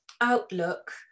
outlook